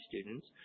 students